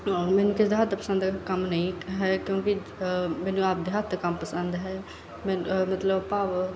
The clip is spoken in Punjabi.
ਮੈਨੂੰ ਕਿਸੇ ਦਾ ਹੱਥ ਪਸੰਦ ਕੰਮ ਨਹੀਂ ਹੈ ਕਿਉਂਕਿ ਮੈਨੂੰ ਆਪਣੇ ਹੱਥ ਕੰਮ ਪਸੰਦ ਹੈ ਮੈਨੂੰ ਮਤਲਬ ਭਾਵ